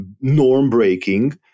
norm-breaking